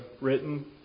written